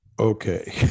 Okay